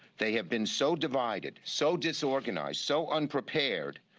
they have been so divided, so disorganized, so unprepared,